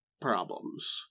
problems